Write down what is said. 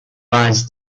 lies